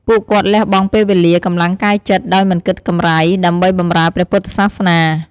ពួកគាត់លះបង់ពេលវេលា កម្លាំងកាយចិត្ត ដោយមិនគិតកម្រៃ ដើម្បីបម្រើព្រះពុទ្ធសាសនា។